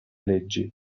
leggi